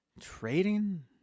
Trading